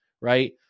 right